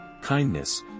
kindness